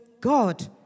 God